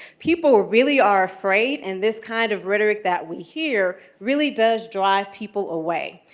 people really are afraid, and this kind of rhetoric that we hear really does drive people away.